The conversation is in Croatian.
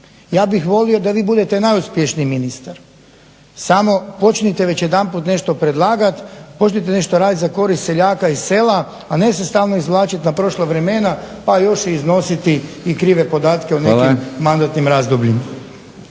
Ja bih volio da vi budete najuspješniji ministar samo počnite već jedanput nešto predlagati, počnite nešto raditi za korist seljaka i sela, a ne se stalno izvlačiti na prošla vremena pa još i iznositi i krive podatke o nekim mandatnim razdobljima.